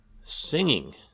singing